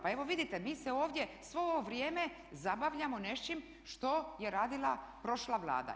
Pa evo vidite mi se ovdje svo ovo vrijeme zabavljamo s nečim što je radila prošla Vlada.